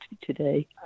today